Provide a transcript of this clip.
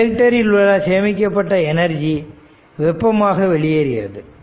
inductor இல் உள்ள சேமிக்கப்பட்ட எனர்ஜி வெப்பமாக வெளியேறுகிறது